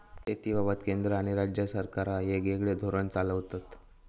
शेतीबाबत केंद्र आणि राज्य सरकारा येगयेगळे धोरण चालवतत